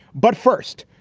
but first,